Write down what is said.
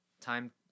time